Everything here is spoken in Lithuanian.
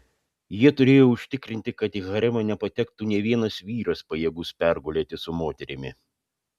jie turėjo užtikrinti kad į haremą nepatektų nė vienas vyras pajėgus pergulėti su moterimi